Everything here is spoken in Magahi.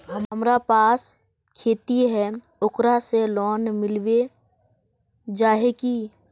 हमरा पास खेती है ओकरा से लोन मिलबे जाए की?